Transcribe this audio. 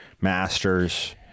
masters